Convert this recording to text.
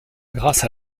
grâce